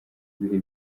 ibihe